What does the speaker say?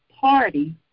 party